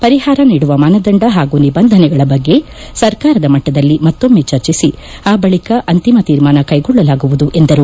ಪರಿಹಾರ ನೀಡುವ ಮಾನದಂಡ ಹಾಗೂ ನಿಬಂಧನೆಗಳ ಬಗ್ಗೆ ಸರ್ಕಾರದ ಮಟ್ಟದಲ್ಲಿ ಮತ್ತೊಮ್ನ ಚಿರ್ಚಿಸಿ ಆ ಬಳಕ ಅಂತಿಮ ತೀರ್ಮಾನ ಕೈಗೊಳ್ಳಲಾಗುವುದು ಎಂದರು